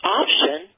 option